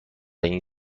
این